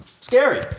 scary